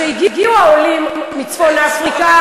כשהגיעו העולים מצפון-אפריקה,